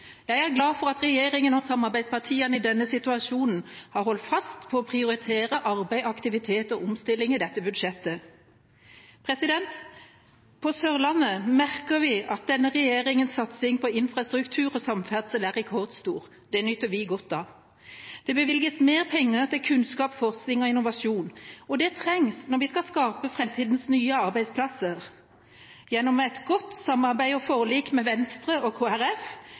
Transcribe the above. Jeg er glad for at regjeringa og samarbeidspartiene i denne situasjonen har holdt fast på å prioritere arbeid, aktivitet og omstilling i dette budsjettet. På Sørlandet merker vi at denne regjeringas satsing på infrastruktur og samferdsel er rekordstor. Det nyter vi godt av. Det bevilges mer penger til kunnskap, forskning og innovasjon. Det trengs når vi skal skape framtidas nye arbeidsplasser. Gjennom et godt samarbeid og forlik med Venstre og